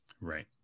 Right